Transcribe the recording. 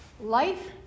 life